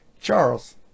Charles